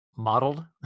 Modeled